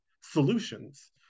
solutions